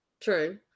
true